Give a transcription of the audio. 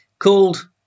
called